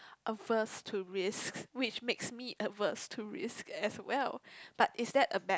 averse to risk which makes me averse to risk as well but is that a bad